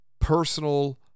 personal